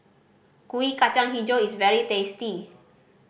Kuih Kacang Hijau is very tasty